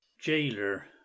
Jailer